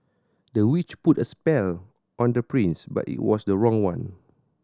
the witch put a spell on the prince but it was the wrong one